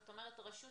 זאת אומרת רשות